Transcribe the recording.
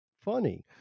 funny